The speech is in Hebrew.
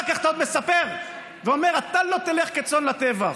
ואחר כך אתה עוד מספר ואומר שאתה לא תלך כצאן לטבח.